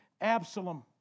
Absalom